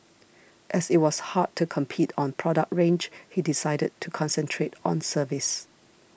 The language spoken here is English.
as it was hard to compete on product range he decided to concentrate on service